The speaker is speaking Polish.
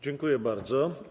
Dziękuję bardzo.